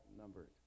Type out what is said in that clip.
numbered